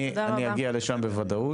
אני אגיע לשם בוודאות.